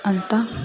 ಅಂತ